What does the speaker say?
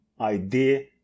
idea